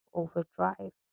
overdrive